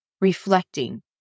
reflecting